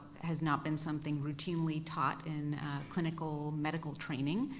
has not been something routinely taught in clinical medical training,